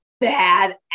bad